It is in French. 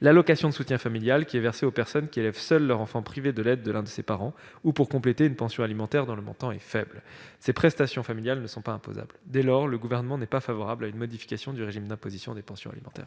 l'allocation de soutien familial, l'ASF, qui est versée aux personnes qui élèvent seules leur enfant privé de l'aide de l'un de ses parents, ou bien pour compléter une pension alimentaire dont le montant est faible. Ces prestations familiales ne sont pas imposables. Dès lors, le Gouvernement n'est pas favorable à une modification du régime d'imposition des pensions alimentaires.